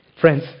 Friends